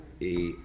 et